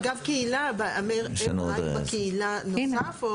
אגב קהילה --- בקהילה נוסף?